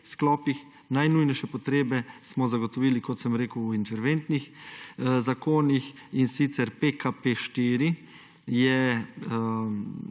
sklopih. Najnujnejše potrebe smo zagotovili, kot sem rekel, v interventnih zakonih, in sicer PKP4 je